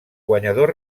guanyador